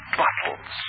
bottles